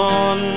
on